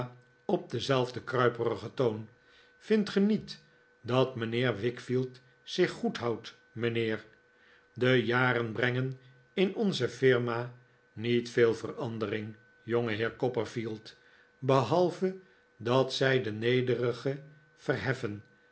op denzelfden kruiperigen toon vindt ge niet dat mijnheer wickfield zich goed houdt mijnheer de jaren brengen in onze firma niet veel verandering jongeheer copperfield behalve dat zij de nederigen verheffen